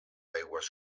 aigües